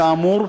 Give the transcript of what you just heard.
כאמור,